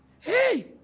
Hey